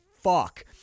fuck